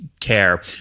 care